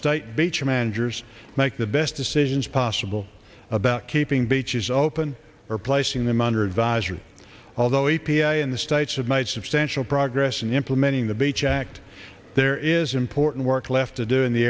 state beach managers make the best decisions possible about keeping beaches open or placing them under advisory although a p a in the states have made substantial progress in implementing the beach act there is important work left to do in the